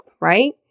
right